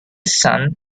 son